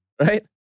right